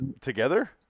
together